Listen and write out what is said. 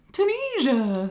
Tunisia